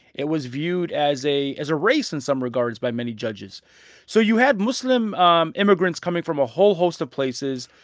it was viewed as a as a race, in some regards, by many judges so you had muslim um immigrants coming from a whole host of places,